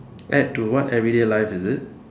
add to what everyday life is it